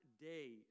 days